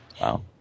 Wow